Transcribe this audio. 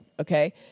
okay